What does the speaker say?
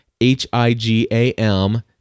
H-I-G-A-M